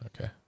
okay